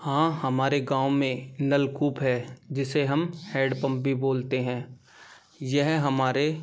हाँ हमारे गाँव में नलकूप है जिसे हम हैडपंप भी बोलते हैं यह हमारे